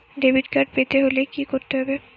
Debit card পেতে হলে কি করতে হবে?